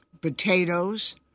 Potatoes